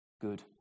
good